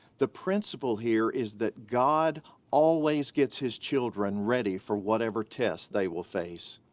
the principle here is that god always gets his children ready for whatever test they will face.